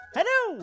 Hello